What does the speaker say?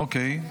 אוקיי.